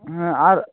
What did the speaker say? হ্যাঁ আর